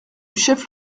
chef